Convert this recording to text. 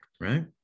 right